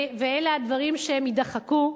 ואלה הדברים שיידחקו.